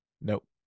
Nope